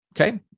Okay